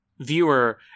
Viewer